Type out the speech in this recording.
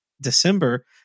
December